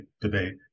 debate